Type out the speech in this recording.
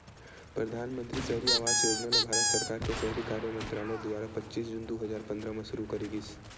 परधानमंतरी सहरी आवास योजना ल भारत सरकार के सहरी कार्य मंतरालय दुवारा पच्चीस जून दू हजार पंद्रह म सुरू करे गिस